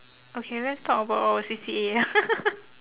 okay let's talk about our C_C_A